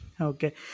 Okay